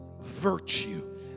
virtue